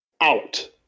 out